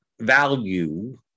value